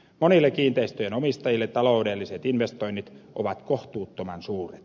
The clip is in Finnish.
monille kiinteistöjen omistajille taloudelliset investoinnit ovat kohtuuttoman suuret